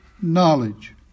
knowledge